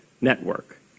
network